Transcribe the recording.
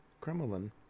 Kremlin